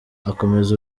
akomeza